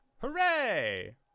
Hooray